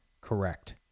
correct